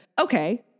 okay